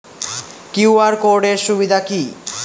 QR code এর সুবিধা কি?